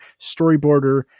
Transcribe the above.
storyboarder